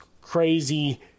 crazy